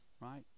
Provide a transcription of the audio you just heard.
right